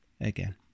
again